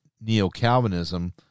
Neo-Calvinism